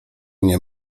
nie